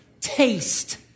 taste